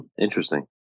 Interesting